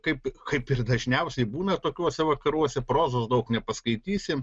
kaip kaip ir dažniausiai būna tokiuose vakaruose prozos daug nepaskaitysi